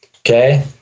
Okay